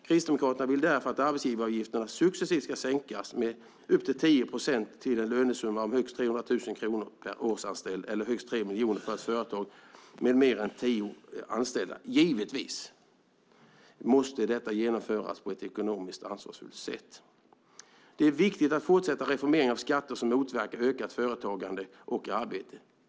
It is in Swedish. Kristdemokraterna vill därför att arbetsgivaravgifterna successivt ska sänkas med upp till 10 procent till en lönesumma om högst 300 00 kronor per årsanställd, eller högst 3 miljoner för ett företag med fler än tio anställda. Givetvis måste detta genomföras på ett ekonomiskt ansvarsfullt sätt. Det är viktigt att fortsätta reformeringen av skatter som motverkar ökat företagande och arbete.